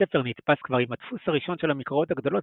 הספר נדפס כבר עם הדפוס הראשון של המקראות הגדולות